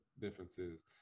differences